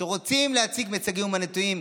שרוצים להציג מיצגים אומנותיים,